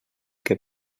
que